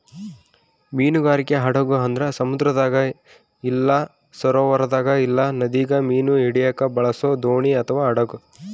ಮೀನುಗಾರಿಕೆ ಹಡಗು ಅಂದ್ರ ಸಮುದ್ರದಾಗ ಇಲ್ಲ ಸರೋವರದಾಗ ಇಲ್ಲ ನದಿಗ ಮೀನು ಹಿಡಿಯಕ ಬಳಸೊ ದೋಣಿ ಅಥವಾ ಹಡಗು